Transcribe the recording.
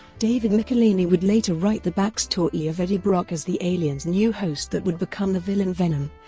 david michelinie would later write the backstory of eddie brock as the alien's new host that would become the villain venom,